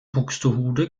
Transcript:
buxtehude